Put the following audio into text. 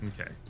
Okay